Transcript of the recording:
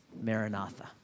Maranatha